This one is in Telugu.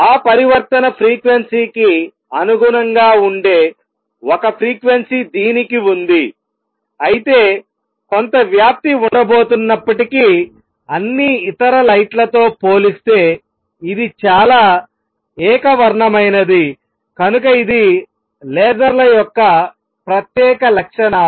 ఆ పరివర్తన ఫ్రీక్వెన్సీ కి అనుగుణంగా ఉండే ఒక ఫ్రీక్వెన్సీ దీనికి ఉంది అయితే కొంత వ్యాప్తి ఉండబోతున్నప్పటికీ అన్ని ఇతర లైట్లతో పోలిస్తే ఇది చాలా ఏకవర్ణమైనదికనుక ఇది లేజర్ల యొక్క ప్రత్యేక లక్షణాలు